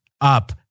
up